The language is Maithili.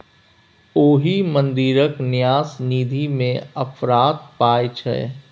ओहि मंदिरक न्यास निधिमे अफरात पाय छै